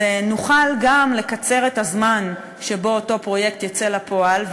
נוכל גם לקצר את הזמן שבו אותו פרויקט יצא לפועל,